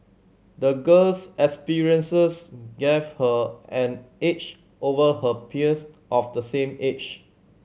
the girl's experiences gave her an edge over her peers of the same age